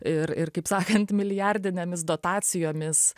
ir ir kaip sakant milijardinėmis dotacijomis